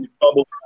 bubble